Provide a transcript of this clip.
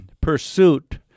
pursuit